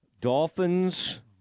Dolphins